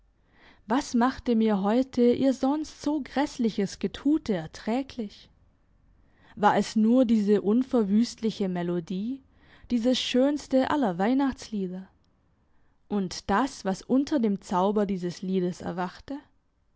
was machte mir heute ihr sonst so grässliches getute erträglich war es nur diese unverwüstliche melodie dieses schönste aller weihnachtslieder und das was unter dem zauber dieses liedes erwachte